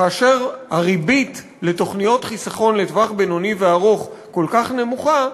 כאשר הריבית לתוכניות חיסכון לטווח בינוני וארוך כל כך נמוכה,